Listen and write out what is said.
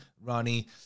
ronnie